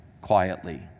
quietly